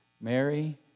Mary